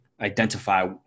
identify